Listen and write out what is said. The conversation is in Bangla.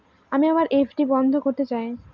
আমি আমার এফ.ডি বন্ধ করতে চাই